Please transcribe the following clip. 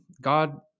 God